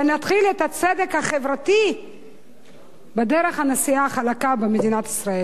ונתחיל את הצדק החברתי בדרך הנסיעה החלקה במדינת ישראל.